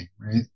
right